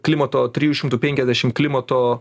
klimato trijų šimtų penkiasdešimt klimato